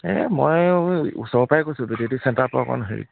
এই মই ওচৰৰ পৰাই কৈছোঁ বেদেতি চেণ্টাৰৰ পৰা অকণ হেৰিত